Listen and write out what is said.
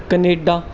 Canada